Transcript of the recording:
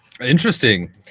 Interesting